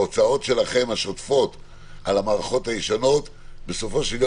ההוצאות השוטפות שלכם על המערכות הישנות בסופו של יום